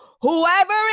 Whoever